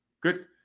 Good